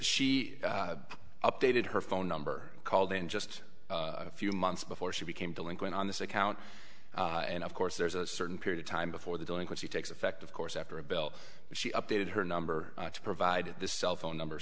she updated her phone number called in just a few months before she became delinquent on this account and of course there's a certain period of time before the delinquency takes effect of course after a bell she updated her number to provide this cell phone number